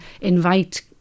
invite